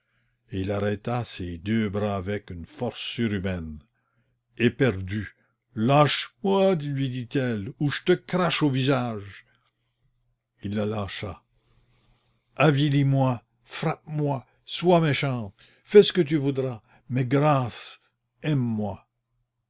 il arrêta ses deux bras avec une force surhumaine éperdue lâche moi lui dit-elle ou je te crache au visage il la lâcha avilis moi frappe moi sois méchante fais ce que tu voudras mais grâce aime-moi